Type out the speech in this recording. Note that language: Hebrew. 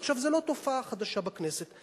עכשיו, זאת לא תופעה חדשה בכנסת.